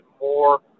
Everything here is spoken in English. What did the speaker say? more